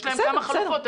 יש להם כמה חלופות.